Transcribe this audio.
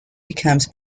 becomes